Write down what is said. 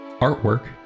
artwork